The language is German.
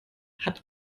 hat